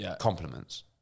compliments